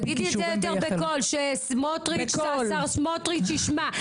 תגידי את זה יותר בקול שהשר סמוטריץ' ישמע,